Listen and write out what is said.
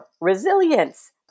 resilience